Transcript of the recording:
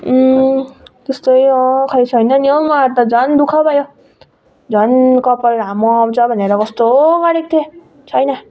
त्यस्तै खै छैन नि हो मलाई त झन् दुःख भयो झन् कपाल लामो आउँछ भनेर कस्तो गरेको थिएँ छैन